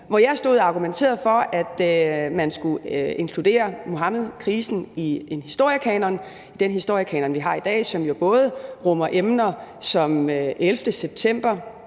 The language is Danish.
hvor jeg stod og argumenterede for, at man skulle inkludere Muhammedkrisen i den historiekanon, vi har i dag, som både rummer emner som 11. september